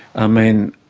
ah mean,